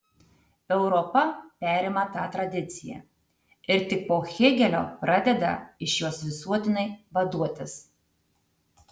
europa perima tą tradiciją ir tik po hėgelio pradeda iš jos visuotinai vaduotis